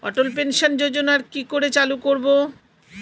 অটল pension যোজনার কি করে চালু করব?